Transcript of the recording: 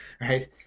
right